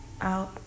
Out